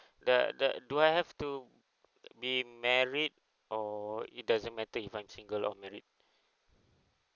the the do I have to be married or it doesn't matter if I'm single or married